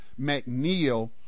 McNeil